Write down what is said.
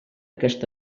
aquest